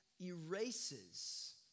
erases